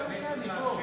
אהרונוביץ כבר חוזר.